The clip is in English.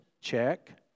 check